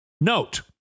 Note